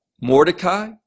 Mordecai